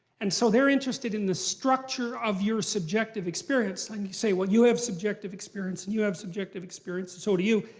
and so they're interested in the structure of your subjective experience, and you say well you have subjective experience, and you have subjective experience, and so do you.